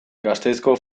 gasteizko